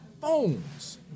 phones